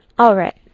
all right.